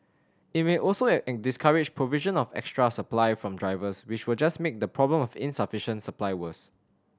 it may also discourage provision of extra supply from drivers which will just make the problem of insufficient supply worse